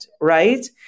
right